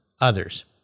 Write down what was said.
others